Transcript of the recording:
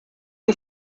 und